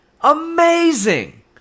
Amazing